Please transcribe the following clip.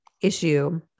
issue